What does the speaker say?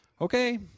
okay